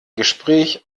gespräch